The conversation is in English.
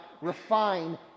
refine